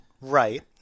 Right